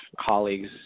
colleagues